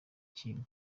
kintu